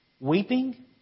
Weeping